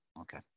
Okay